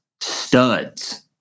studs